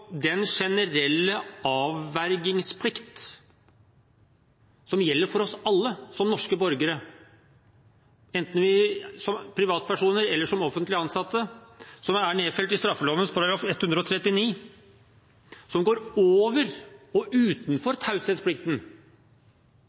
den generelle avvergingsplikt som gjelder for oss alle som norske borgere, enten som privatpersoner eller som offentlig ansatte, og som er nedfelt i straffeloven § 139, som går over og utenfor taushetsplikten.